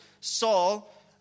Saul